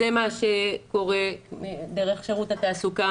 זה מה שקורה דרך שירות התעסוקה,